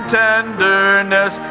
tenderness